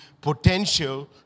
potential